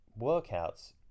workouts